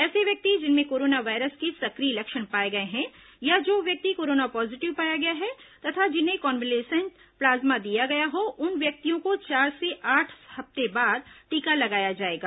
ऐसे व्यक्ति जिनमें कोरोना वायरस के से िक्र य लक्षण पाए गए हैं या जो व्यक्ति कोरोना पॉजीटिव पाया गया है तथा जिन्हें कान्वलेसेंट प्लाज्मा दिया गया हो उन व्यक्तियों को चार से आठ ह फ्ते बाद टीका लगाया जाएगा